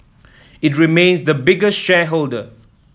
it remains the biggest shareholder